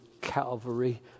Calvary